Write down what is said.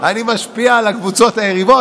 אני משפיע על הקבוצות היריבות?